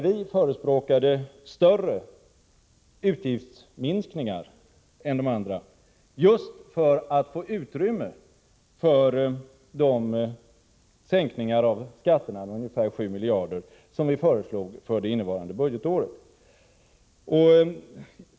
Vi förespråkade större utgiftsminskningar än de andra just för att få utrymme för de sänkningar av skatterna med ungefär 7 miljarder för innevarande år som vi föreslog.